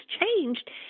changed